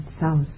South